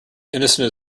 innocent